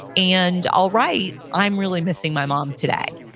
and i'll write, i'm really missing my mom today.